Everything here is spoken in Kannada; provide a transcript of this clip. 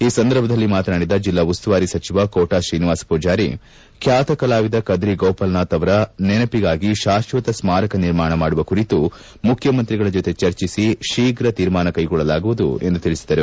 ಈ ಸಂದರ್ಭದಲ್ಲಿ ಮಾತನಾಡಿದ ಜೆಲ್ಲಾ ಉಸ್ತುವಾರಿ ಸಚಿವ ಕೋಟಾ ತ್ರೀನಿವಾಸ ಪೂಜಾರಿ ಖ್ಯಾತ ಕಲಾವಿದ ಕದ್ರಿ ಗೋಪಾಲನಾಥ್ ಅವರ ನೆನಪಿಗಾಗಿ ಶಾಶ್ವತ ಸ್ನಾರಕ ನಿರ್ಮಾಣ ಮಾಡುವ ಕುರಿತು ಮುಖ್ಯಮಂತ್ರಿಗಳ ಜತೆ ಚರ್ಚಿಸಿ ಶೀಘ್ರ ತೀರ್ಮಾನ ಕೈಗೊಳ್ಳಲಾಗುವುದು ಎಂದು ತಿಳಿಸಿದರು